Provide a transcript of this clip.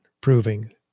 proving